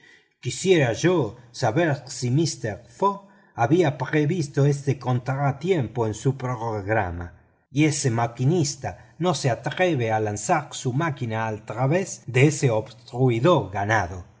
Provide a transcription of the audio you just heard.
quisiera yo saber si mister fogg había previsto este contratiempo en su programa y ese maquinista no se atreve a lanzar su máquina al través de ese obstruidor ganado